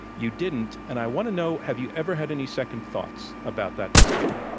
you didn't. and i want to know, have you ever had any second thoughts about that decision.